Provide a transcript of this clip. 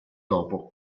topo